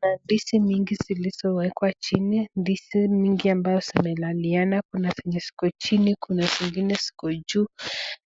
Kuna ndizi nyingi zilizowekwa chini. Ndizi mingi ambayo zimelaliana, kuna zenye ziko chini, kuna zingine ziko juu.